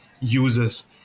users